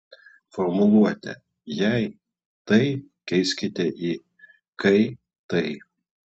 formuluotę jei tai keiskite į kai tai